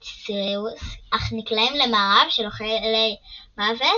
את סיריוס, אך נקלעים למארב של אוכלי מוות